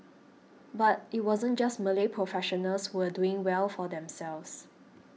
but it wasn't just Malay professionals who were doing well for themselves